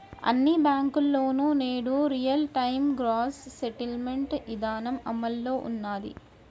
అన్ని బ్యేంకుల్లోనూ నేడు రియల్ టైం గ్రాస్ సెటిల్మెంట్ ఇదానం అమల్లో ఉన్నాది